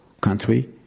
country